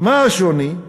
מה השוני?